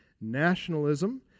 nationalism